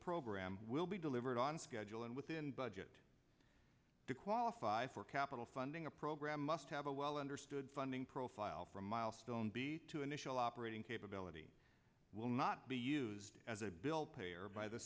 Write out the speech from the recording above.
program will be delivered on schedule and within budget to qualify for capital funding a program must have a well understood funding profile from milestone b two initial operating capability will not be used as a bill payer by the